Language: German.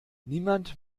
niemand